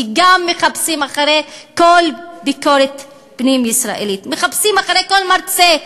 כי גם מחפשים כל ביקורת פנים-ישראלית: מחפשים אחרי כל מרצֶה,